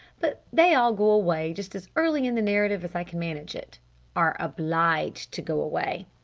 but they all go away just as early in the narrative as i can manage it are obliged to go away!